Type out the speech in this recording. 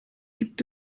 gibt